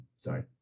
Sorry